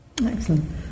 Excellent